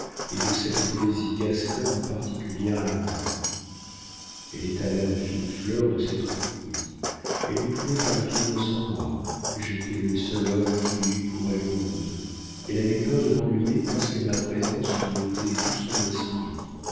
et de cette poésie gasconne particulières à l'amour elle étala la fine fleur de ses tromperies elle ne pouvait pas vivre sans moi j'étais le seul homme qu'il y eût pour elle au monde elle avait peur de m'ennuyer parce que ma présence lui ôtait tout son esprit